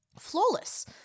flawless